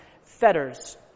fetters